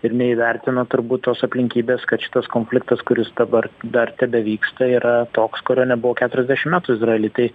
ir neįvertina turbūt tos aplinkybės kad šitas konfliktas kuris dabar dar tebevyksta yra toks kurio nebuvo keturiasdešim metų izraely tai